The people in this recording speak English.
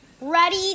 Ready